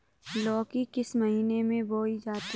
लौकी किस महीने में बोई जाती है?